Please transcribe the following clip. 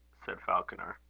said falconer.